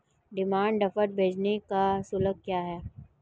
Demand draft भेजने का शुल्क क्या है?